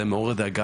זה מעורר דאגה.